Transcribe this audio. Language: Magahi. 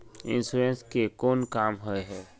इंश्योरेंस के कोन काम होय है?